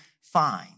fine